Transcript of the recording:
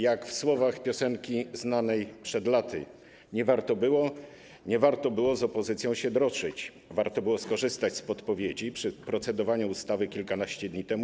Jak w słowach piosenki znanej przed laty: nie warto było, nie warto było z opozycją się droczyć, warto było skorzystać z podpowiedzi przy procedowaniu nad ustawą kilkanaście dni temu.